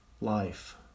life